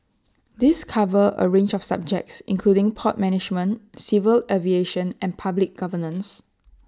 these cover A range of subjects including port management civil aviation and public governance